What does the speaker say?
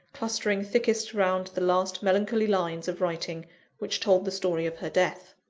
clustering thickest round the last melancholy lines of writing which told the story of her death.